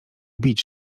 bić